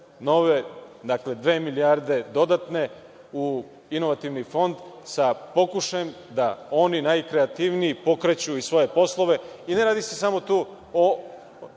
dve milijarde dodatne u Inovativni fond, sa pokušajem da oni najkreativniji pokreću i svoje poslove. Ne radi se samo tu o